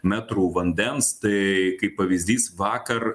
metrų vandens tai kaip pavyzdys vakar